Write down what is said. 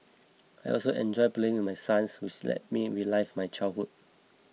I also enjoy playing with my sons which lets me relive my childhood